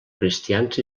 cristians